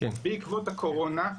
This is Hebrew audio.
בעקבות הקורונה,